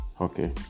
okay